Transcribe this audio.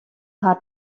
har